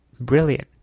brilliant